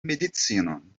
medicinon